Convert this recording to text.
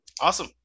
Awesome